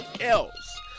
else